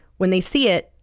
when they see it,